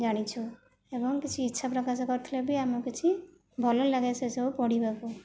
ଜାଣିଛୁ ଏବଂ କିଛି ଇଚ୍ଛା ପ୍ରକାଶ କରିଥିଲେ ବି ଆମକୁ କିଛି ଭଲ ଲାଗେ ସେ ସବୁ ପଢ଼ିବାକୁ